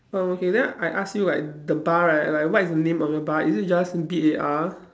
oh okay then I ask you like the bar right like what is the name of your bar is it just B A R